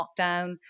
lockdown